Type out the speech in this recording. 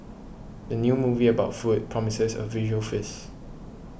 the new movie about food promises a visual feast